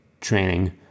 training